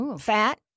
Fat